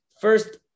first